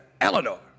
Eleanor